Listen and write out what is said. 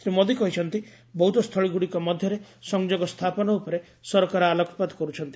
ଶ୍ରୀ ମୋଦୀ କହିଛନ୍ତି ବୌଦ୍ଧସ୍ଥଳୀଗୁଡ଼ିକ ମଧ୍ୟରେ ସଂଯୋଗ ସ୍ଥାପନ ଉପରେ ସରକାର ଆଲୋକପାତ କରୁଛନ୍ତି